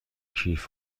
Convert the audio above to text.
کیف